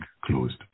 closed